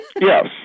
Yes